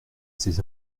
ces